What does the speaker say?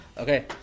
Okay